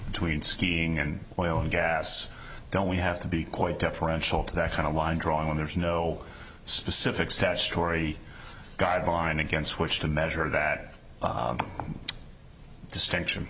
between skiing and oil and gas don't we have to be quite deferential to that kind of mind drawing when there is no specific statutory guideline against which to measure that distinction